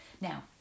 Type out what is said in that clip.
Now